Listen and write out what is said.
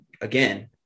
again